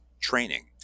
training